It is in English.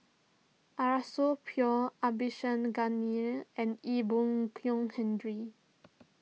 Arasu Pure and Ee Boon Kong Henry